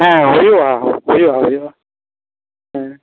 ᱦᱮᱸ ᱦᱩᱭᱩᱜᱼᱟ ᱦᱩᱭᱩᱜᱼᱟ ᱦᱩᱭᱩᱜᱼᱟ ᱦᱮᱸ